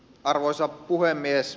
arvoisa puhemies